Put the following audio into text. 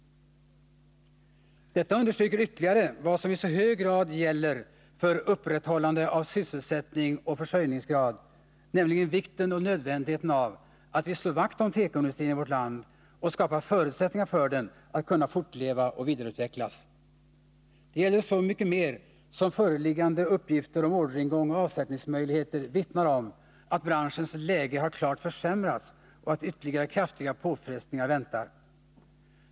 Detta understryker ytterligare vad som i så hög grad gäller för upprätthållande av sysselsättning och försörjningsgrad, nämligen vikten och nödvändigheten av att vi slår vakt om tekoindustrin i vårt land och att vi skapar förutsättningar, så att den kan fortleva och vidareutvecklas. Detta gäller så mycket mer som föreliggande uppgifter om orderingång och avsättningsmöjligheter vittnar om att branschens läge klart har försämrats och att ytterligare kraftiga påfrestningar väntar.